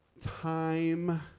time